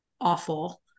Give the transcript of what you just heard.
awful